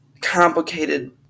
complicated